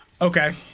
Okay